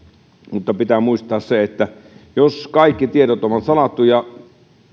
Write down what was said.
mutta pitää muistaa se että jos kaikki tiedot olisivat salattuja